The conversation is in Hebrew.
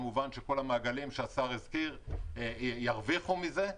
כמובן שכל המעגלים שהשר הזכיר ירוויחו מזה.